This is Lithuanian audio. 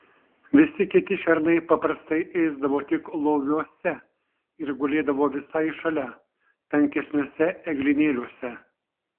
visi kiti šernai paprastai ėsdavo tik loviuose ir gulėdavo visai šalia tankesniuose eglynėliuose